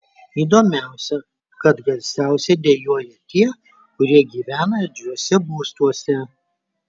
įdomiausia kad garsiausiai dejuoja tie kurie gyvena erdviuose būstuose